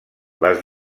les